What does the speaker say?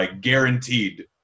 guaranteed